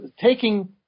taking